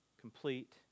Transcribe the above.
Complete